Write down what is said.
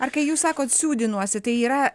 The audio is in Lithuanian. ar kai jūs sakot siūdinuosi tai yra